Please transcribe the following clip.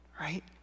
Right